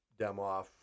Demoff